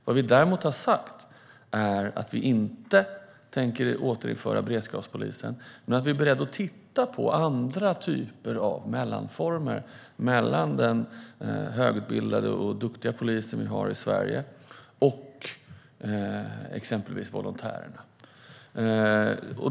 Vad vi däremot har sagt är att vi inte tänker återinföra beredskapspolisen men att vi är beredda att titta på andra typer av mellanformer mellan de högutbildade och duktiga poliser som vi har i Sverige och exempelvis volontärer.